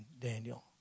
Daniel